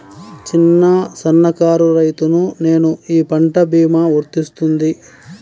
చిన్న సన్న కారు రైతును నేను ఈ పంట భీమా వర్తిస్తుంది?